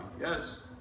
yes